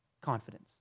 confidence